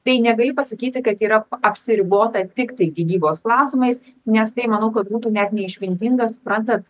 tai negali pasakyti kad yra apsiribota tiktai gynybos klausimais nes tai manau kad būtų net neišmintinga suprantat